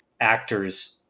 actors